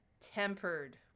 tempered